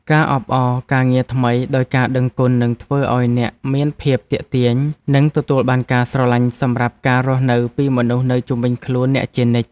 ការអបអរការងារថ្មីដោយការដឹងគុណនឹងធ្វើឱ្យអ្នកមានភាពទាក់ទាញនិងទទួលបានការស្រឡាញ់សម្រាប់ការរស់នៅពីមនុស្សនៅជុំវិញខ្លួនអ្នកជានិច្ច។